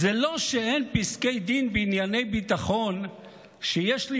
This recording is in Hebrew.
"זה לא שאין פסקי דין בענייני ביטחון שיש לי